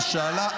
הצבא?